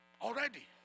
Already